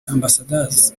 ambasadazi